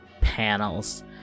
panels